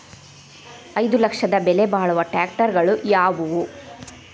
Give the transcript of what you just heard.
ಐದು ಲಕ್ಷದ ಬೆಲೆ ಬಾಳುವ ಟ್ರ್ಯಾಕ್ಟರಗಳು ಯಾವವು?